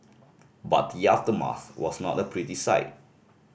but the aftermath was not a pretty sight